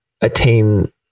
attain